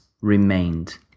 remained